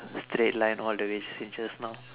straight line all the way since just now